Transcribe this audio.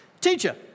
Teacher